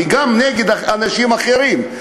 היא גם נגד חלשים אחרים.